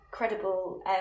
incredible